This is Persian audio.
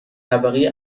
طبقه